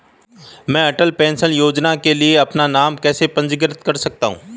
मैं अटल पेंशन योजना के लिए अपना नाम कैसे पंजीकृत कर सकता हूं?